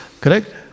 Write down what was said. correct